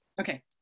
Okay